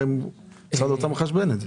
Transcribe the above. הרי משרד האוצר מחשבן את זה.